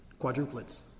quadruplets